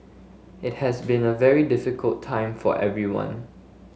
it has been a very difficult time for everyone